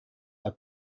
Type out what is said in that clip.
are